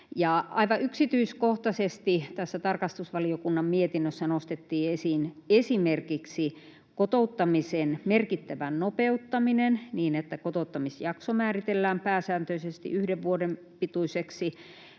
aivan yksityiskohtaisesti tässä tarkastusvaliokunnan mietinnössä nostettiin esiin esimerkiksi kotouttamisen merkittävä nopeuttaminen niin, että kotouttamisjakso määritellään pääsääntöisesti yhden vuoden pituiseksi.